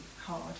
hard